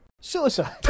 Suicide